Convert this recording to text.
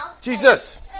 Jesus